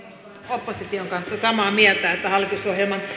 opposition kanssa samaa mieltä että hallitusohjelman